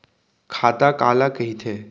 खाता काला कहिथे?